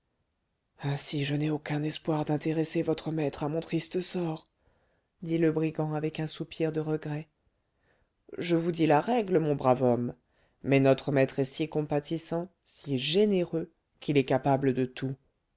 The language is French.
ainsi je n'ai aucun espoir d'intéresser votre maître à mon triste sort dit le brigand avec un soupir de regret je vous dis la règle mon brave homme mais notre maître est si compatissant si généreux qu'il est capable de tout